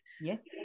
Yes